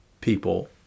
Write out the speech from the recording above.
people